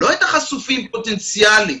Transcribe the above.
לא את החשופים פוטנציאלים.